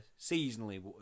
seasonally